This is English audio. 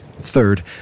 Third